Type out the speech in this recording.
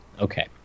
Okay